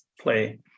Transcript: play